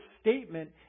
statement